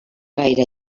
gaire